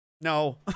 no